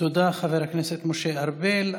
תודה, חבר הכנסת משה ארבל.